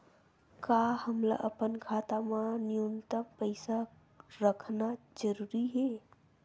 का हमला अपन खाता मा न्यूनतम पईसा रखना जरूरी हे?